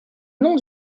nom